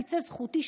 אם רק בזה תצא זכותי,